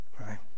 right